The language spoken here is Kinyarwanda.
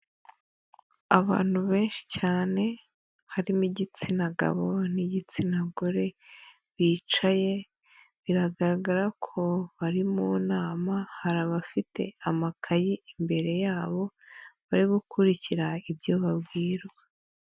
Abantu benshi cyane, harimo igitsina gabo n'igitsina gore bicaye, biragaragara ko bari mu nama hari abafite amakayi imbere yabo, bari gukurikira ibyo babwirwa.